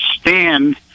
stand